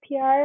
PR